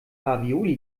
ravioli